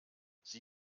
sie